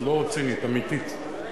לא צינית אלא אמיתית,